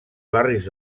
barris